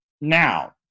now